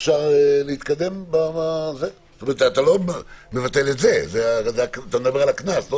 אתה מדבר על זה.